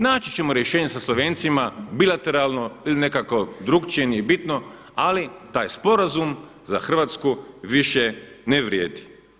Naći ćemo rješenje sa Slovencima, bilateralno ili nekako drukčije, nije bitno, ali taj sporazum za Hrvatsku više ne vrijedi.